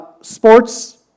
sports